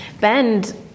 Bend